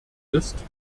ist